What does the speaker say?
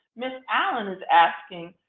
ms. allen is asking,